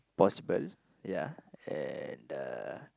possible ya and uh